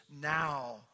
now